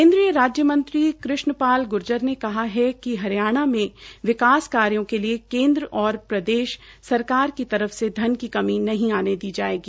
केन्द्रीय राज्य मंत्री कृष्ण पाल गूर्जर ने कहा है कि विकास कार्यो के लिए केन्द्र और प्रदेश सरकार की तरफ से धन की कमी नहीं आने दी जायेगी